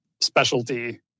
specialty